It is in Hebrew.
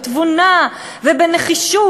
בתבונה ובנחישות.